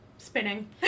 spinning